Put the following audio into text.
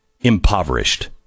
impoverished